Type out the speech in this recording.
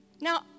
Now